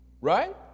right